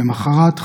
למוחרת,